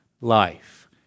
life